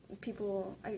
people